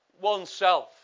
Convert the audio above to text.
oneself